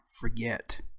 forget